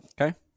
okay